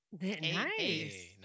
Nice